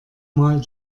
mal